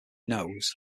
knows